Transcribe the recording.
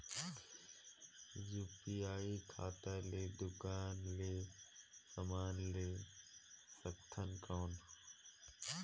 UPI खाता ले दुकान ले समान ले सकथन कौन?